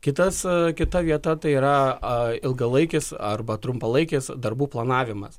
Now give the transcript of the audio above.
kitas kita vieta tai yra ilgalaikis arba trumpalaikis darbų planavimas